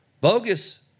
bogus